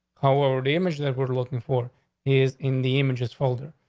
however, the image that we're looking for is in the images folder.